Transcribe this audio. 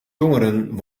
tongeren